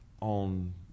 on